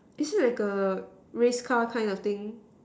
is it like a race car kind of thing